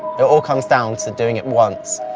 it all comes down to doing it once.